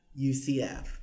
UCF